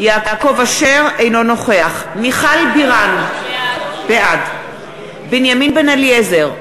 אינו נוכח מיכל בירן, בעד בנימין בן-אליעזר,